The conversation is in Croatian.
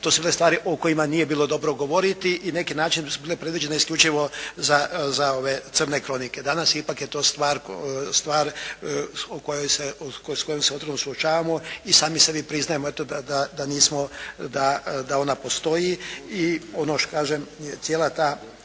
to su bile stvari o kojima nije bilo dobro govoriti i na neki način su bile predviđene isključivo za crne kronike. Danas ipak je to stvar o kojoj se, s kojom se otvoreno suočavamo i sami sebi priznajemo eto, da nismo, da ona postoji. I ono kažem cijela ta